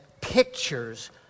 pictures